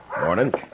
Morning